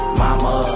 mama